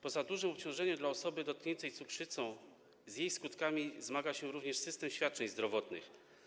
Poza dużym obciążeniem dla osoby dotkniętej cukrzycą, z jej skutkami zmaga się również system świadczeń zdrowotnych.